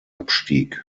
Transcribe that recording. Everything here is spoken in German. abstieg